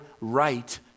right